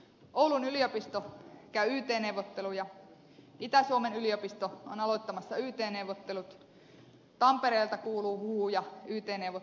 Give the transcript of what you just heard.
oulun yliopisto käy yt neuvotteluja itä suomen yliopisto on aloittamassa yt neuvottelut tampereelta kuuluu huhuja yt neuvotteluista